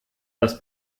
das